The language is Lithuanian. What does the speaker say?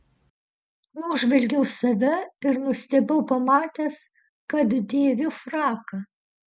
nužvelgiau save ir nustebau pamatęs kad dėviu fraką